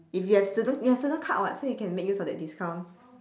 if you have student you have student card what so you can make use of that discount